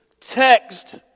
text